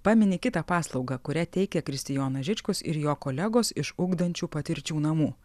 pamini kitą paslaugą kurią teikia kristijonas žičkus ir jo kolegos iš ugdančių patirčių namų